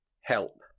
Help